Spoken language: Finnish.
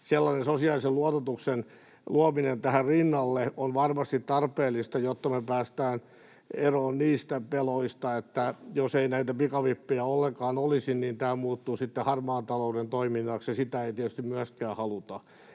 sosiaalisen luototuksen luominen tähän rinnalle on varmasti tarpeellista, jotta me päästään eroon niistä peloista, että jos ei näitä pikavippejä ollenkaan olisi, niin tämä muuttuisi sitten harmaan talouden toiminnaksi — ja sitä ei tietysti myöskään haluta.